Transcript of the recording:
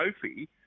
trophy